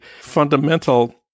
fundamental